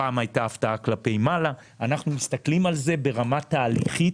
הפעם הייתה הפתעה כלפי מעלה אנחנו מסתכלים על זה ברמה תהליכית.